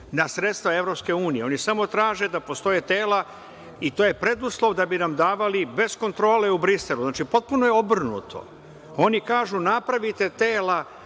na sredstva EU, oni samo traže da postoje tela i to je preduslov da bi nam davali bez kontrole u Briselu. Znači, potpuno je obrnuto. Oni kažu napravite tela